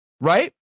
right